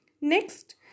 next